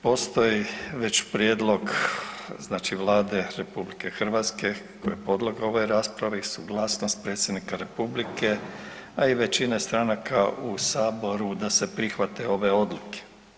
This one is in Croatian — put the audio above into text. Postoji već prijedlog znači Vlade RH koje je podloga ovoj raspravi, suglasnost predsjednika republike, a i većina stranaka u saboru da se prihvate ove odluke.